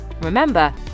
Remember